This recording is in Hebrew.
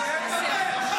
מיהו בכלל?